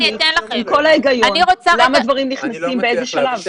אני רוצה לחזק את איתי על מה שהוא דיבר.